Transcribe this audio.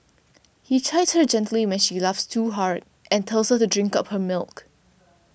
he chides her gently when she laughs too hard and tells her to drink up her milk